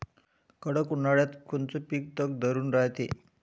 कडक उन्हाळ्यात कोनचं पिकं तग धरून रायते?